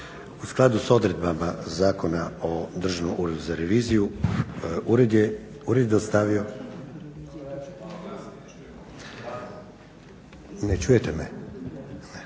U skladu s odredbama Zakona o Državnom uredu za reviziju ured je dostavio Hrvatskom